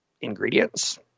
ingredients